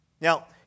Now